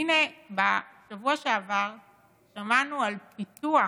הינה, בשבוע שעבר שמענו על פיתוח